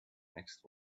next